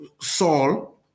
Saul